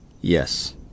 Yes